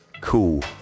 Cool